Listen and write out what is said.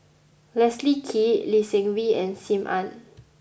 Leslie Kee Lee Seng Wee and Sim Ann